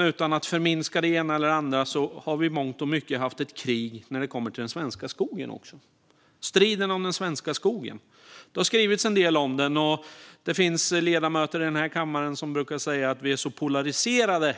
Utan att förminska det ena eller det andra har vi i mångt och mycket haft ett krig också när det kommer till den svenska skogen. Striden om den svenska skogen har det skrivits en del om. Det finns också ledamöter i den här kammaren som säger att frågan om skogsdebatten är så polariserad.